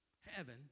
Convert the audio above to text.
heaven